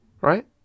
Right